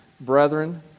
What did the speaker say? brethren